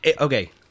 okay